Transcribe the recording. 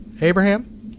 Abraham